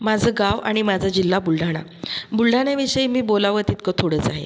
माझं गाव आणि माझा जिल्हा बुलढाणा बुलढाण्याविषयी मी बोलावं तितकं थोडंच आहे